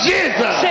Jesus